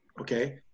okay